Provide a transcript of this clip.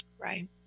Right